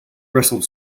wrestled